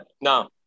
No